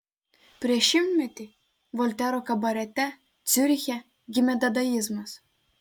prieš šimtmetį voltero kabarete ciuriche gimė dadaizmas